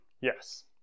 Yes